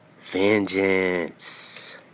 Vengeance